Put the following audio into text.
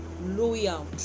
loyal